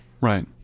right